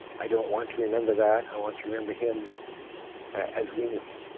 i don't want to remember that, i want to remember him as we knew him.